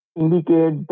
indicate